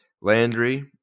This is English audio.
Landry